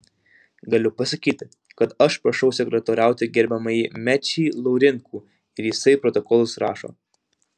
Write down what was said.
galiu pasakyti kad aš prašau sekretoriauti gerbiamąjį mečį laurinkų ir jisai protokolus rašo